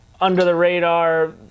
under-the-radar